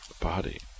body